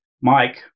Mike